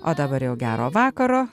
o dabar jau gero vakaro